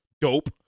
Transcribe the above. dope